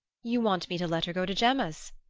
you want me to let her go to gemma's!